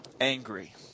angry